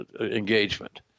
engagement